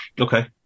Okay